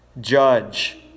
judge